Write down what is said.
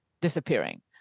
disappearing